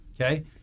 okay